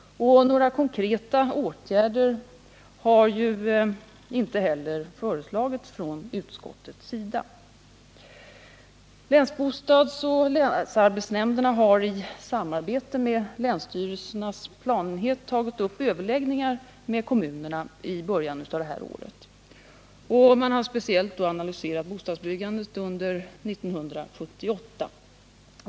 Och några konkreta åtgärder har ju inte heller föreslagits av utskottet. Länsbostadsoch länsarbetsnämnderna har i samarbete med länsstyrelsens planenhet tagit upp överläggningar med kommunerna i början av detta år. Man har speciellt analyserat bostadsbyggandet under 1978.